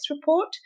Report